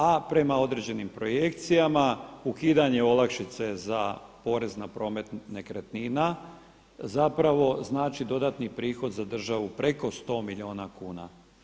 A prema određenim projekcijama ukidanje olakšice za porez na promet nekretnina zapravo znači dodatni prihod za državu preko 100 milijuna kuna.